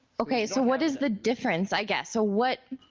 okay so what is the difference i guess so what